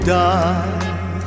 die